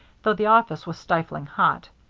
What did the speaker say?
though the office was stifling hot.